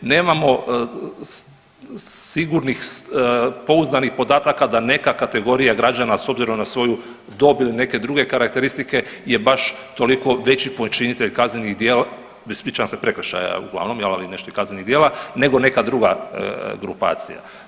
Nemamo sigurnih, pouzdanih podataka da neka kategorija građana s obzirom na svoju dob ili neke druge karakteristike je baš toliko veći počinitelj kaznenih djela, ispričavam se prekršaja uglavnom jel ali nešto i kaznenih djela, nego neka druga grupacija.